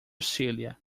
celia